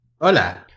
Hola